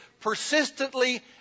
persistently